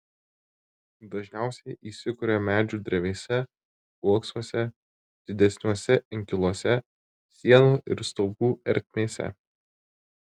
dažniausiai įsikuria medžių drevėse uoksuose didesniuose inkiluose sienų ir stogų ertmėse